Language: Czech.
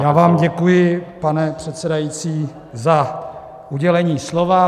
Já vám děkuji, pane předsedající, za udělení slova.